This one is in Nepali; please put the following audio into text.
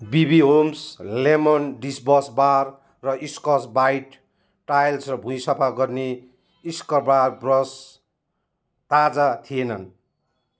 BB homes lemon dishwash bar र स्कच ब्राइट टाइल्स् र भुइँ सफा गर्ने स्क्रबर ब्रस ताजा थिएनन्